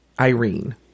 Irene